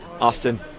Austin